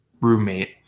roommate